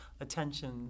attention